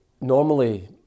normally